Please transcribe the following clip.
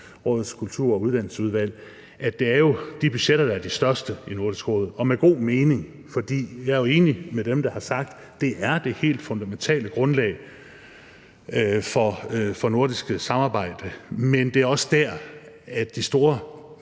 Råds Kultur- og Uddannelsesudvalg, at det jo er de budgetter, der er de største i Nordisk Råd. Og det giver jo god mening, for jeg er enig med dem, der har sagt, at det er det helt fundamentale grundlag for nordisk samarbejde, men det er også der, de store